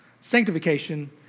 sanctification